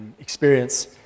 experience